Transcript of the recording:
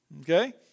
Okay